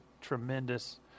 tremendous